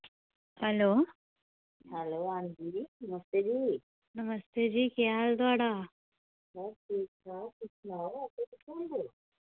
hello नमस्ते जी केह् हाल थुआढ़ा